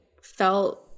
felt